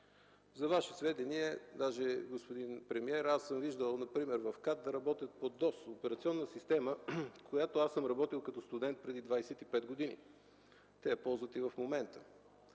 За Ваше сведение, господин премиер, аз съм виждал например в КАТ да работят по ДОС – операционна система, на която съм работил като студент преди 25 години. Те я ползват и в момента.